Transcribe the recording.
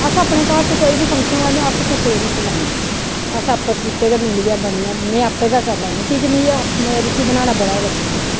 अस अपने घर च कोई बी फंक्शन होऐ अस कुसै ई निं सनांदे अस आपें बिचें गै मिलियै बनियै में आपें गै करी लैन्नी की जे मिगी रुट्टी बनाना बड़ा गै अच्छा लगदा